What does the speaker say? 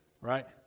right